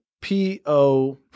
P-O